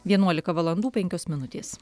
vienuolika valandų penkios minutės